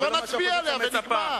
אז בוא נצביע עליה ונגמר.